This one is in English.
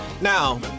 now